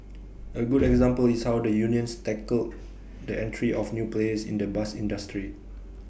A good example is how the unions tackled the entry of new players in the bus industry